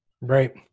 right